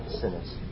sinners